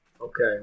Okay